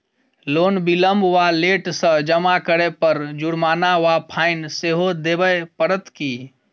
Loan विलंब वा late सँ जमा करै पर जुर्माना वा फाइन सेहो देबै पड़त की?